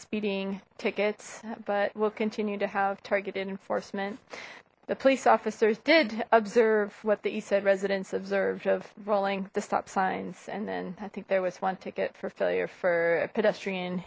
speeding tickets but will continue to have targeted enforcement the police officers did observe what the ii said residents observed of rolling the stop signs and then i think there was one ticket for failure for a pedestrian